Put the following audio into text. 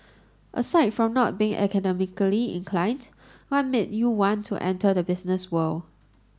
aside from not being academically inclined what made you want to enter the business world